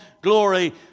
glory